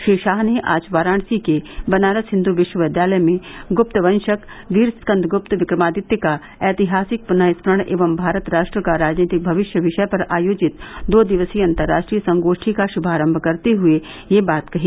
श्री शाह ने आज वाराणसी के बनारस हिन्दू विश्वविद्यालय में गुप्तवर्शक वीर स्कन्दगुप्त विक्रमादित्य का ऐतिहासिक पुनःस्मरण एवं भारत राष्ट्र का राजनीतिक भविष्य विषय पर आयोजित दो दिवसीय अन्तर्राष्ट्रीय संगोष्ठी का शुभारम्भ करते हुये यह बात कही